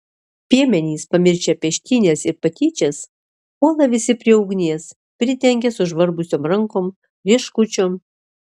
piemenys pamiršę peštynes ir patyčias puola visi prie ugnies pridengia sužvarbusiom rieškučiom